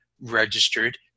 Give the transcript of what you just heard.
registered